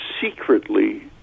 secretly